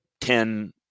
Ten